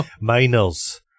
Miners